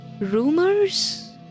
rumors